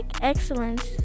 Excellence